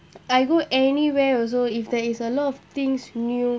I go anywhere also if there is a lot of things new